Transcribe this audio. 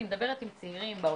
אני מדברת עם צעירים בעוטף,